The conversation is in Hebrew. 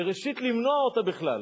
וראשית, למנוע אותה בכלל.